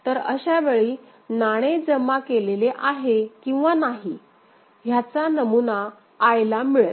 तर अशावेळी नाणे जमा केलेले आहे किंवा नाही ह्याचा नमुना I ला मिळेल